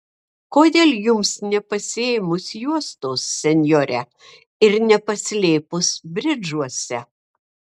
kodėl jums nepasiėmus juostos senjore ir nepaslėpus bridžuose